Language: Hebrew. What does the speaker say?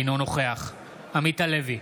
אינו נוכח עמית הלוי,